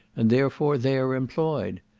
and therefore they are employed.